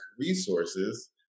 resources